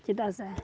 ᱪᱮᱫᱟᱜ ᱥᱮ